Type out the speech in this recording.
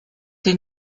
die